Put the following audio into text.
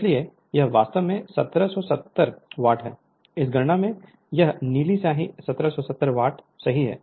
इसलिए यह वास्तव में 1770 वाट है इस गणना में यह नीली स्याही 1770 वाट सही है